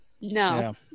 No